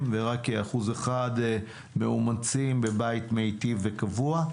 ורק כ-1% מאומצים בבית מיטיב וקבוע,